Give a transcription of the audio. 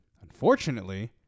Unfortunately